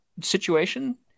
situation